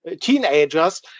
teenagers